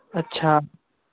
अच्छा